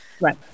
right